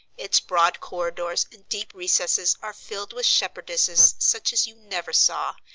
its broad corridors and deep recesses are filled with shepherdesses such as you never saw,